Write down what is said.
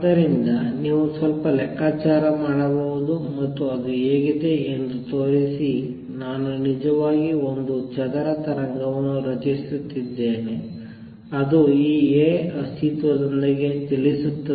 ಆದ್ದರಿಂದ ನೀವು ಸ್ವಲ್ಪ ಲೆಕ್ಕಾಚಾರ ಮಾಡಬಹುದು ಮತ್ತು ಅದು ಹೇಗಿದೆ ಎಂದು ತೋರಿಸಿ ನಾನು ನಿಜವಾಗಿ ಒಂದು ಚದರ ತರಂಗವನ್ನು ರಚಿಸುತ್ತಿದ್ದೇನೆ ಅದು ಈ A ಅಸ್ತಿತ್ವದೊಂದಿಗೆ ಚಲಿಸುತ್ತದೆ